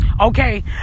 Okay